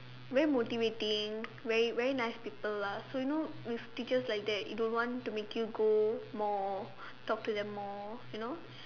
very motivating very very nice people lah so you know with teachers like that want to make you go more talk to them more you know